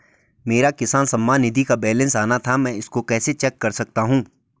मेरा किसान सम्मान निधि का बैलेंस आना था मैं इसको कैसे चेक कर सकता हूँ?